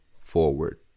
Forward